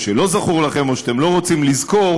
או שלא זכור לכם או שאתם לא רוצים לזכור,